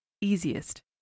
easiest